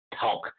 talk